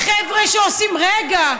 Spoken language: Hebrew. חבר'ה שעושים, רגע.